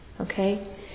Okay